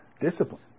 discipline